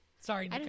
Sorry